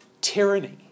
tyranny